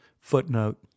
Footnote